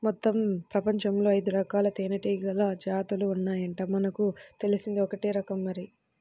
మొత్తం పెపంచంలో ఐదురకాల తేనీగల జాతులు ఉన్నాయంట, మనకు తెలిసింది ఒక్కటే రకం మరి